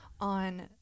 on